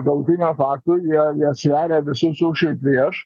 galutiniu faktu jie jie sveria visus už ir prieš